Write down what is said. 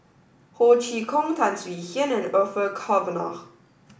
Ho Chee Kong Tan Swie Hian and Orfeur Cavenagh